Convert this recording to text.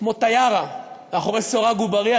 כמו טיארה אל מאחורי סורג ובריח,